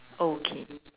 okay